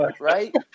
Right